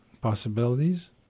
possibilities